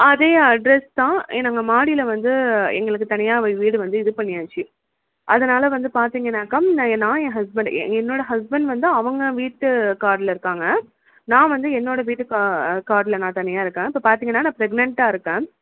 அதே அட்ரெஸ் தான் எ நாங்கள் மாடியில் வந்து எங்களுக்கு தனியாக வீ வீடு வந்து இது பண்ணியாச்சு அதனால் வந்து பார்த்திங்கனாக்கா நான் ஏன் ஹஸ்பண்ட் எ என்னோடய ஹஸ்பண்ட் வந்து அவங்க வீட்டு கார்டில் இருக்காங்க நான் வந்து என்னோடய வீட்டு கா கார்டில் நான் தனியாக இருக்கேன் இப்போ பார்த்திங்கனா நான் ப்ரெக்னென்டாக இருக்கேன்